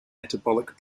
metabolic